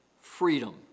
freedom